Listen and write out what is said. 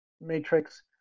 matrix